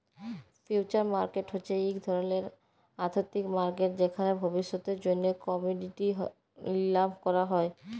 future market হছে ইক ধরলের আথ্থিক মার্কেট যেখালে ভবিষ্যতের জ্যনহে কমডিটি লিলাম ক্যরা হ্যয়